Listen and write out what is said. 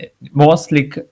mostly